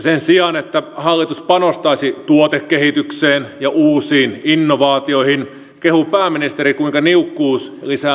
sen sijaan että hallitus panostaisi tuotekehitykseen ja uusiin innovaatioihin kehuu pääministeri kuinka niukkuus lisää luovuutta